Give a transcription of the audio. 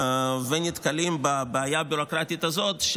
והם נתקלים בבעיה הביורוקרטית הזאת,